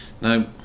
Now